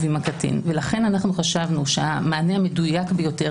עם הקטין ולכן אנחנו חשבנו שהמענה המדויק ביותר,